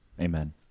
amen